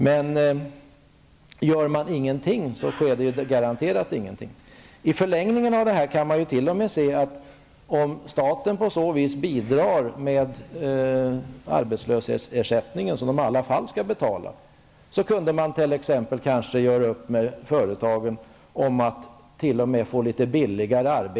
Men gör man ingenting, sker garanterat ingenting. I förlängningen av det här kan man t.o.m. tänka sig att om staten på så sätt bidrar med den arbetslöshetsersättning som den ändå skall betala, kunde man t.ex. göra upp med företagen om att få arbeten utförda litet billigare.